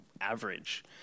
average